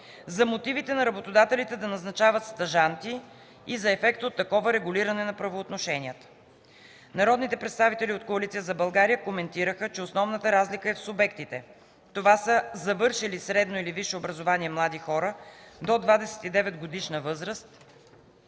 за мотивите на работодателите да назначават стажанти; за ефекта от такова регулиране на правоотношенията. Народните представители от Коалиция за България коментираха, че основната разлика е в субектите – това са завършили средно или висше образование млади хора до 29 годишна възраст,